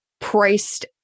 priced